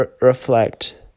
reflect